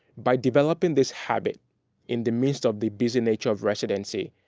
by developing this habit in the midst of the busy nature of residency,